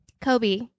Kobe